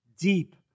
deep